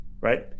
right